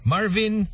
Marvin